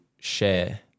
share